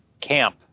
camp